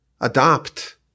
adopt